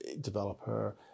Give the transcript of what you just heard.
developer